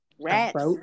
rats